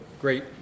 great